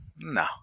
no